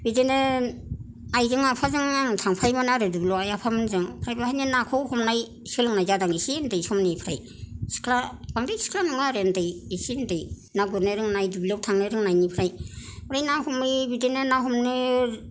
बिदिनो आयजों आफाजों आं थांफायोमोन आरो दुब्लियावहाय आफामोनजों आमफ्राय बेयावहायनो नाखौ हमनाय सोलोंनाय जादों एसे उन्दै समनिफ्राय सिख्ला उन्दै सिख्ला नङा आरो उन्दै एसे उन्दै ना गुरनो रोंनाय दुब्लिआव थांनो रोंनायनिफ्राय आमफ्राय ना हमनाय बिदिनो ना हमनाय